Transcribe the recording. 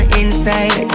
inside